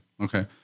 Okay